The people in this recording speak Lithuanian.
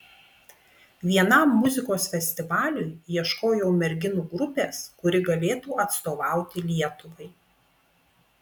vienam muzikos festivaliui ieškojau merginų grupės kuri galėtų atstovauti lietuvai